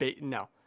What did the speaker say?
No